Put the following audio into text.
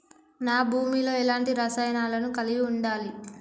నా భూమి లో ఎలాంటి రసాయనాలను కలిగి ఉండాలి?